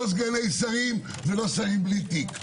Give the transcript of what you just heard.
לא סגני שרים ולא שרים בלי תיק.